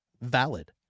valid